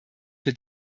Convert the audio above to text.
für